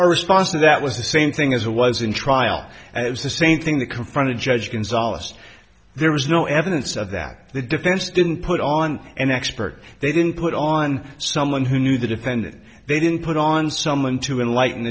our response to that was the same thing as a was in trial and it was the same thing that confronted judge gonzales there was no evidence of that the defense didn't put on an expert they didn't put on someone who knew the dependent they didn't put on someone to enlighten